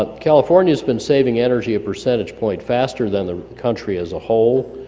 ah california has been saving energy a percentage point faster than the country as a whole,